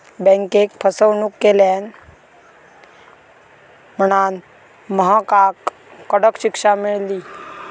बँकेक फसवणूक केल्यान म्हणांन महकाक कडक शिक्षा मेळली